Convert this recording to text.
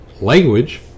language